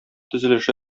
төзелеше